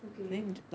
okay